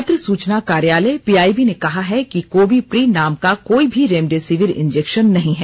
पत्र सूचना कार्यालय पीआईबी ने कहा है कि कोविप्री नाम का कोई भी रेमडेसिविर इंजेक्शन नहीं है